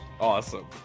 Awesome